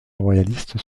royaliste